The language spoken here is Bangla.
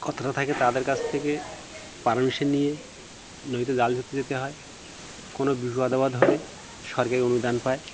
কতটা থাকে তাদের কাছ থেকে পারমিশন নিয়ে নদীতে জাল ধরতে যেতে হয় কোনো বিপদ আপদ হলে সরকারি অনুদান পায়